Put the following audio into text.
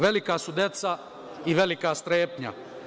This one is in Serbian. Velika su deca i velika strepnja.